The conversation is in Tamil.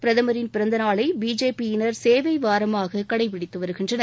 பிரதமின் பிறந்தநாளை பிஜேபி யினர் சேவை வாரமாக கடைப்பிடித்து வருகின்றனர்